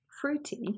Fruity